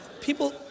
people